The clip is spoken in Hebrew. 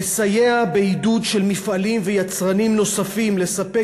לסייע בעידוד מפעלים ויצרנים נוספים לספק